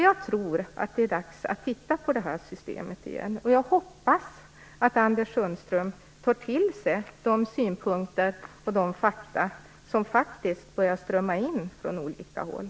Jag tror att det är dags att titta på det här systemet igen, och jag hoppas att Anders Sundström tar till sig de synpunkter och de fakta som börjar strömma in från olika håll.